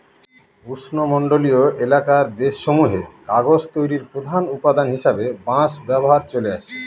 উষ্ণমন্ডলীয় এলাকার দেশসমূহে কাগজ তৈরির প্রধান উপাদান হিসাবে বাঁশ ব্যবহার চলে আসছে